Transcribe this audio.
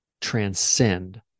transcend